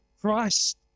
Christ